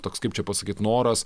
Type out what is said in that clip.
toks kaip čia pasakyt noras